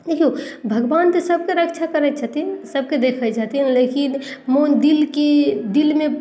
देखियौ भगवान तऽ सभके रक्षा करय छथिन सभके देखय छथिन लेकिन मोन दिलके दिलमे